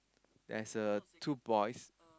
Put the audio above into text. there is a two boys